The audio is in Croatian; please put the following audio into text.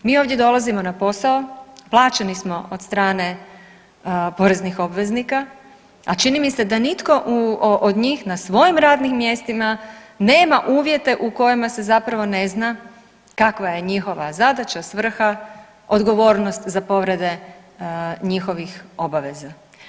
Mi ovdje dolazimo na posao, plaćeni smo od strane poreznih obveznika, a čini mi se da nitko od njih na svojim radnim mjestima nema uvjete u kojima se zapravo ne zna kakva je njihova zadaća, svrha, odgovornost za povrede njihovih obaveza.